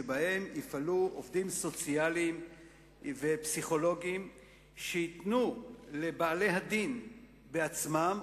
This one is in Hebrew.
שבהן יפעלו עובדים סוציאליים ופסיכולוגים שייתנו לבעלי-הדין בעצמם,